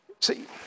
see